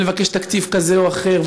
ולבקש תקציב כזה או אחר,